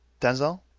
Denzel